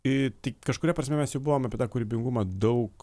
i tai kažkuria prasme mes jau buvom apie tą kūrybingumą daug